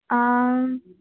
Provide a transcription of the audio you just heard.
ꯑꯥ